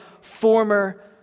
former